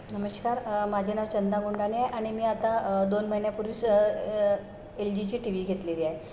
नमस्कार माझे नाव चंदा गुंडाने आहे आणि मी आता दोन महिन्यापूर्वी स एल जीची टी व्ही घेतलेली आहे